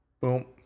boom